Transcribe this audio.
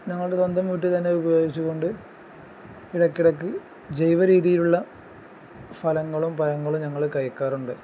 ഞങ്ങളുടെ സ്വന്തം വീട്ടിൽ തന്നെ ഉപയോഗിച്ചു കൊണ്ട് ഇടക്കിടക്ക് ജൈവ രീതിയിലുള്ള ഫലങ്ങളും പഴങ്ങളും ഞങ്ങൾ കഴിക്കാറുണ്ട്